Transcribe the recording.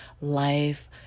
life